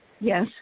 yes